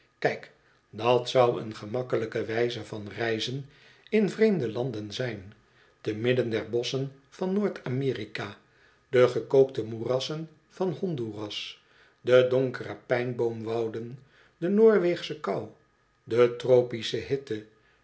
kijk dat zou een gemakkelijke wijze van reizen in vreemde landen zijn te midden der bosschen van noord amerika de gekookte moerassen van honduras de donkere pijnboomwouden de noorweegsche kou de tropische hitte